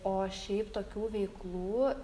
o šiaip tokių veiklų